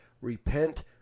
repent